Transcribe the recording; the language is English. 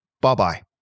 bye-bye